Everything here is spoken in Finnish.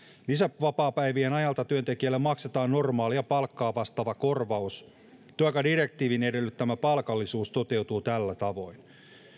lisävapaapäivien ajalta työntekijälle maksetaan normaalia palkkaa vastaava korvaus työaikadirektiivin edellyttämä palkallisuus toteutuu tällä tavoin